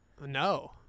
No